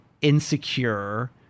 insecure